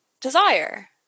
desire